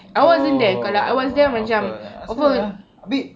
oh apa asal ha a bit